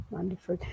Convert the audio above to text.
Wonderful